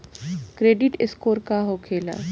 Credit score का होखेला?